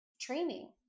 training